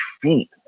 feet